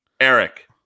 Eric